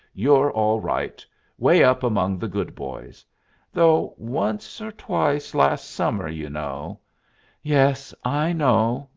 you're all right way up among the good boys though once or twice last summer, you know yes, i know,